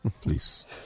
Please